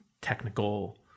technical